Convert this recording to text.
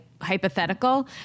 hypothetical